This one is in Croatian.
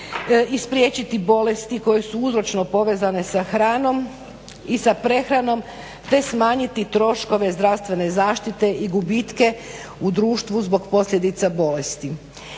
i spriječiti bolesti koji su uzročno povezane sa hranom i sa prehranom te smanjiti troškove zdravstvene zaštite i gubitke u društvu zbog posljedica bolesti.